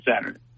Saturday